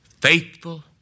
Faithful